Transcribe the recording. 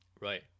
Right